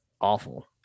awful